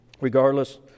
Regardless